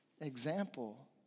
example